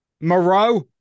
Moreau